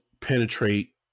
penetrate